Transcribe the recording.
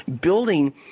building